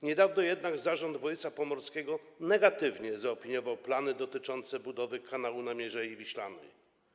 Niedawno Zarząd Województwa Pomorskiego negatywnie zaopiniował plany dotyczące budowy kanału na Mierzei Wiślanej.